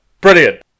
Brilliant